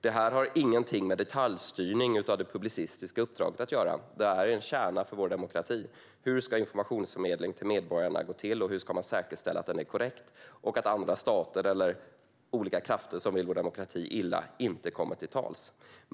Det här har ingenting med detaljstyrning av det publicistiska uppdraget att göra. Det här handlar om vår demokratis kärna. Hur ska informationsförmedling till medborgarna gå till, och hur ska man säkerställa att den är korrekt och att andra stater eller olika krafter som vill vår demokrati illa inte kommer till tals?